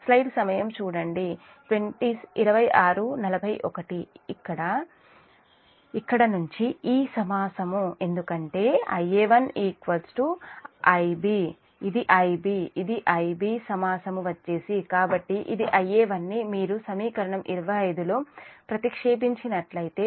కాబట్టి ఇక్కడి నుంచి ఈ సమాసము ఎందుకంటే Ia1 Ib ఇది Ib కాబట్టి ఇది Ia1 ని మీరు సమీకరణం 25 లో ప్రతిక్షేపించినట్లయితే